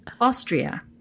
Austria